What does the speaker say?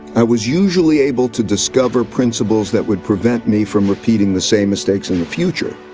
i was usually able to discover principles that would prevent me from repeating the same mistakes in the future.